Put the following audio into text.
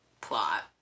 plot